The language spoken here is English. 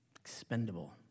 Expendable